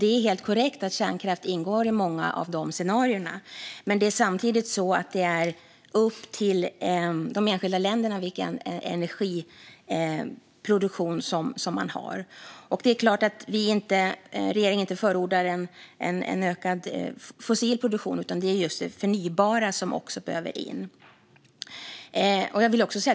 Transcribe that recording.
Det är korrekt att kärnkraft ingår i många av dessa scenarier, men det är samtidigt upp till enskilda länderna vilken energiproduktion de ska ha. Regeringen förordar givetvis inte en ökad fossil produktion, utan det är det förnybara som behöver komma in.